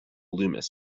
loomis